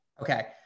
Okay